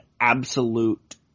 absolute